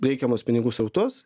reikiamus pinigų srautus